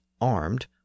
armed